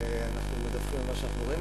ואנחנו מדווחים על מה שאנחנו רואים,